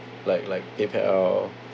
like like PayPal